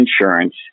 insurance